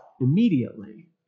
immediately